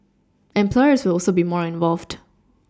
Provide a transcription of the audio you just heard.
employers will also be more involved